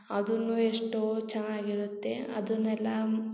ಚೆನ್ನಾಗಿರುತ್ತೆ ಅದನ್ನೆಲ್ಲ